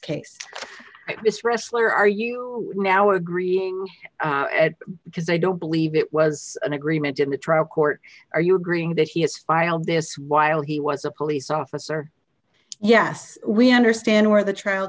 case this wrestler are you now agreeing because i don't believe it was an agreement in the trial court are you agreeing that he has filed this while he was a police officer yes we understand where the trial